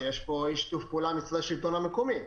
שיש פה אי שיתוף פעולה מצד השלטון המקומי.